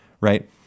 right